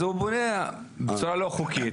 אז הוא בונה בצורה לא חוקית,